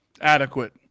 Adequate